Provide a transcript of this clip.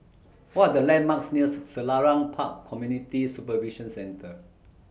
What The landmarks near Selarang Park Community Supervision Centre